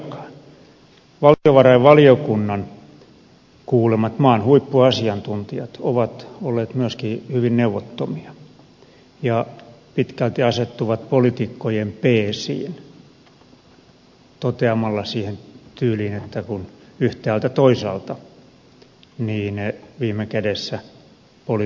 valtiovarainvaliokunnan kuulemat maan huippuasiantuntijat ovat olleet myöskin hyvin neuvottomia ja pitkälti asettuvat poliitikkojen peesiin toteamalla siihen tyyliin että kun yhtäältä toisaalta niin viime kädessä poliitikot ratkaisevat